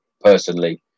personally